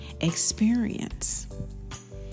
experience